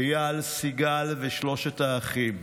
איל, סיגל ושלושת האחים,